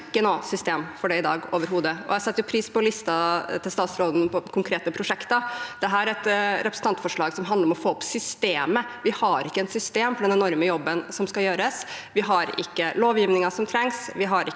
noe annet system for det i dag, og jeg setter pris på listen til statsråden over konkrete prosjekter. Dette er et representantforslag som handler om å få opp systemet; vi har ikke et system for den enorme jobben som skal gjøres, vi har ikke lovgivningen som trengs,